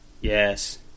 Yes